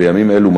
ובימים אלו,